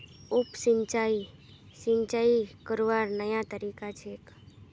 उप सिंचाई, सिंचाई करवार नया तरीका छेक